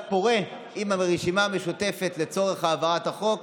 פורה עם הרשימה המשותפת לצורך העברת החוק,